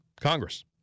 Congress